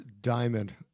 Diamond